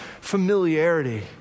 familiarity